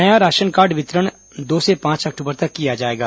नया राशनकार्ड वितरण दो से पांच अक्टूबर तक किया जाएगा